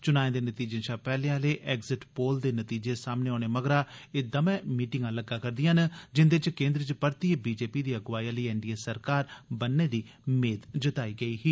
च्नाएं दे नतीजें शा पैहले आहले एग्ज़िट पोल्स दे नतीजे सामने औने मगरा एह दमै मीटिंगां लग्गा' रदिआं न जिंदे च केन्द्र च परतियै बी जे पी दी अगुवाई आहली एनडीए सरकार बनने दी मेद जताई गेदी ऐ